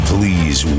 Please